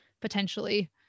potentially